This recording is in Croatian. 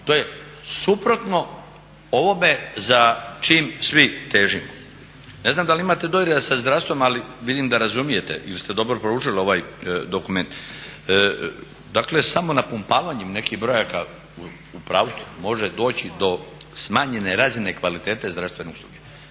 To je suprotno ovome za čim svi težimo. Ne znam da li imate dodira sa zdravstvom ali vidim da razumijete, ili ste dobro proučili ovaj dokument. Dakle samo napumpavanjem nekih brojaka u zdravstvu može doći do smanjene razine kvalitete zdravstvene usluge.